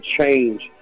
change